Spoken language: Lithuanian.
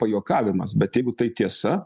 pajuokavimas bet jeigu tai tiesa